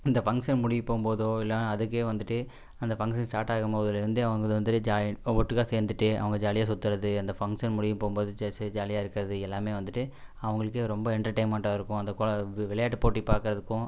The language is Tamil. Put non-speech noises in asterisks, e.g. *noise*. இந்த ஃபங்க்ஷன் முடியப் போகும்போதோ இல்லைனா அதுக்கே வந்துட்டு அந்த ஃபங்க்ஷன் ஸ்டார்ட் ஆகும் போதில் இருந்தே அவங்க வந்துட்டு ஜாலி உள்ளே ஒட்டுக்கா சேர்ந்துட்டு அவங்க ஜாலியா சுத்துறது அந்த ஃபங்க்ஷன் முடியப் போகும்போது *unintelligible* ஜாலியாக இருக்கிறது எல்லாமே வந்துட்டு அவங்களுக்கே ரொம்ப என்டர்டைன்மெண்டாக இருக்கும் அந்த குழ விளையாட்டு போட்டி பார்க்குறதுக்கும்